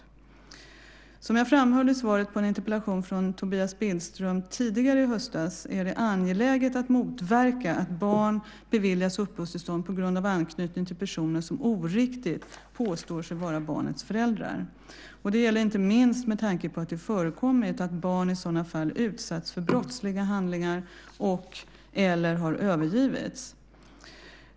Som jag framhöll i svaret på en interpellation från Tobias Billström tidigare i höstas är det angeläget att motverka att barn beviljas uppehållstillstånd på grund av anknytning till personer som oriktigt påstår sig vara barnets föräldrar. Det gäller inte minst med tanke på att det förekommit att barn i sådana fall utsatts för brottsliga handlingar eller har övergivits.